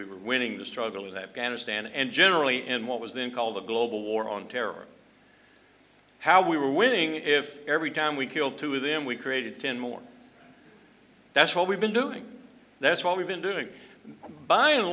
we were winning the struggle with afghanistan and generally in what was then called the global war on terror how we were winning if every time we killed two of them we created ten more that's what we've been doing that's what we've been doing by and